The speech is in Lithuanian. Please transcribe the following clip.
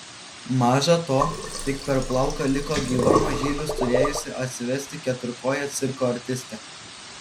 maža to tik per plauką liko gyva mažylius turėjusi atsivesti keturkojė cirko artistė